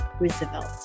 Roosevelt